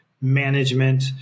management